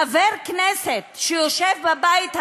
חבר כנסת שיושב בבית הזה,